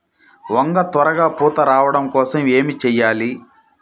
వంగ త్వరగా పూత రావడం కోసం ఏమి చెయ్యాలి?